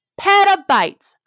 Petabytes